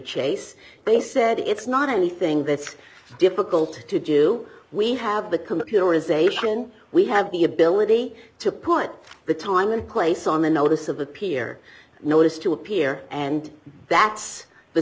chase they said it's not anything that's difficult to do we have the computerisation we have the ability to put the time and place on the notice of appear notice to appear and that's the